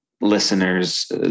listeners